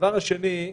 הדבר השני,